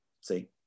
See